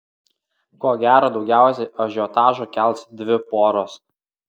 ko gero daugiausiai ažiotažo kels dvi poros